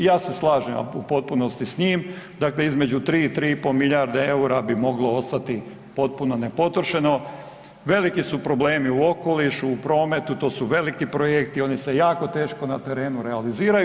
I ja se slažem u potpunosti s njim, dakle između 3 i 3,5 milijarde EUR-a bi moglo ostati potpuno nepotrošeno, veliki su problemi u okolišu, u prometu to su veliki projekti oni se jako teško na terenu realiziraju.